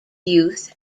youth